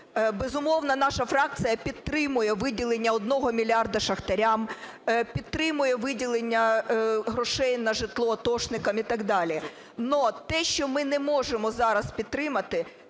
Безумовно, наша фракція підтримує виділення 1 мільярда шахтарям, підтримує виділення грошей на житло атошникам і так далі. Но те, що ми не можемо зараз підтримати,